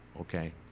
Okay